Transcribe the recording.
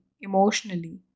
emotionally